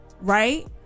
Right